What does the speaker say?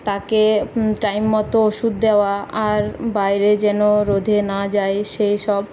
তাকে টাইম মতো ওষুধ দেওয়া আর বাইরে যেন রোদে না যায় সেই সব